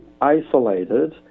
isolated